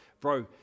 bro